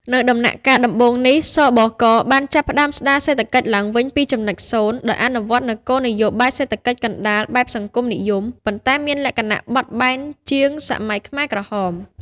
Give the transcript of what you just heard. នៅដំណាក់កាលដំបូងនេះ ស.ប.ក. បានចាប់ផ្ដើមស្ដារសេដ្ឋកិច្ចឡើងវិញពីចំណុចសូន្យ ដោយអនុវត្តនូវគោលនយោបាយសេដ្ឋកិច្ចកណ្ដាលបែបសង្គមនិយម ប៉ុន្តែមានលក្ខណៈបត់បែនជាងសម័យខ្មែរក្រហម ។